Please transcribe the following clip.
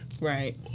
Right